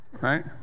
Right